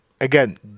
again